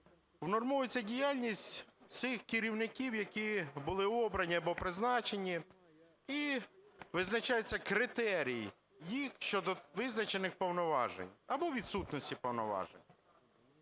внормовується діяльність всіх керівників, які були обрані або призначені, і визначається критерій їх щодо визначених повноважень або відсутності повноважень.